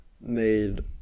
made